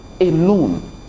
alone